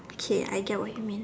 okay I get what you mean